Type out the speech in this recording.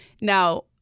Now-